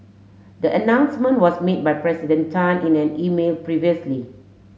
the announcement was made by President Tan in an email previously